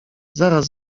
zaraz